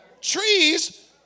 Trees